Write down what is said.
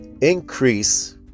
increase